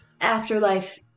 afterlife